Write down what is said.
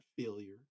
failure